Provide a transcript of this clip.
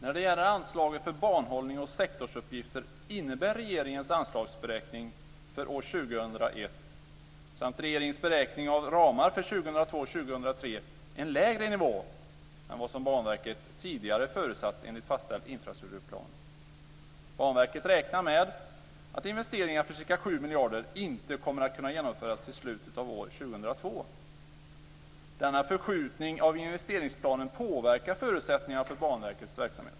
Fru talman! Anslaget för banhållning och sektorsuppgifter innebär med regeringens anslagsberäkning för år 2001 samt med regeringens beräkning av ramar för år 2002 och 2003 en lägre nivå än vad Banverket förutsatt enligt fastställd infrastrukturplan. Banverket räknar med att investeringar för ca 7 miljarder inte kommer att kunna genomföras till slutet av år 2002. Denna förskjutning av investeringsplanen påverkar förutsättningar för Banverkets verksamhet.